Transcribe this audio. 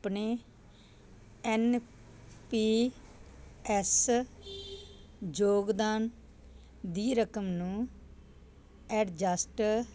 ਆਪਣੇ N P S ਯੋਗਦਾਨ ਦੀ ਰਕਮ ਨੂੰ ਐਡਜਸਟ